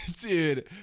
dude